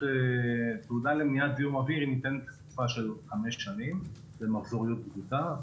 תעודה למניעת זיהום אוויר ניתנת לתקופה של חמש שנים במחזור בדיקה.